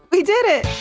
we did it